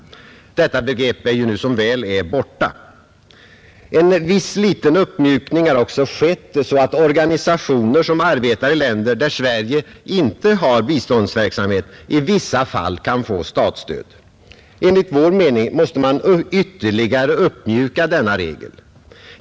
Detta dekret är ju nu som väl är borta. En viss liten uppmjukning har också skett, så att organisationer som arbetar i länder, där Sverige inte har biståndsverksamhet, i vissa fall kan få statsstöd. Enligt vår mening måste man ytterligare uppmjuka denna regel.